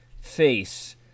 face